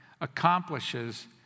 accomplishes